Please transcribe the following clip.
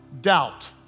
doubt